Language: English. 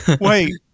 Wait